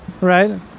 Right